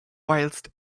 whilst